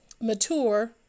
mature